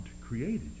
created